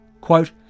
Quote